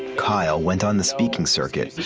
kyle went on the speaking circuit.